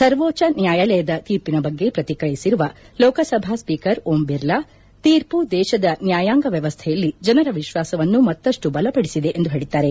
ಸರ್ವೋಚ್ಚ ನ್ಯಾಯಾಲಯದ ತೀರ್ಷಿನ ಬಗ್ಗೆ ಪ್ರತಿಕ್ರಿಯಿಸಿರುವ ಲೋಕಸಭಾ ಸ್ವೀಕರ್ ಓಂ ಬಿರ್ಲಾ ತೀರ್ಮ ದೇಶದ ನ್ಯಾಯಾಂಗ ವ್ಯವಸ್ಥೆಯಲ್ಲಿ ಜನರ ವಿಶ್ವಾಸವನ್ನು ಮತ್ತಷ್ಟು ಬಲಪಡಿಸಿದೆ ಎಂದು ಹೇಳಿದ್ದಾರೆ